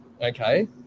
okay